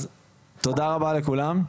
אז תודה רבה לכולם,